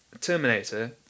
Terminator